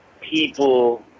people